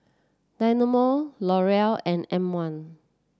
Dynamo L'Oreal and M one